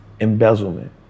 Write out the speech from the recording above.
embezzlement